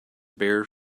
bare